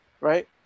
right